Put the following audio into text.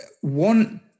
one